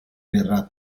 verrà